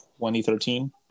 2013